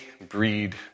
breed